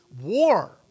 War